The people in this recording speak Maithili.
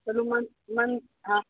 चलू मन मन हँ